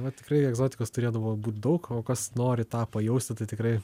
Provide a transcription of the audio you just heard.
vat tikrai egzotikos turėdavo būt daug o kas nori tą pajausti tai tikrai